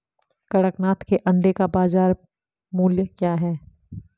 कड़कनाथ के अंडे का बाज़ार मूल्य क्या है?